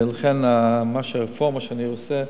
לכן, מה שאני עושה,